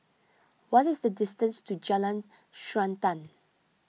what is the distance to Jalan Srantan